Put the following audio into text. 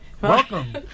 Welcome